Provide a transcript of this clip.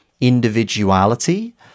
individuality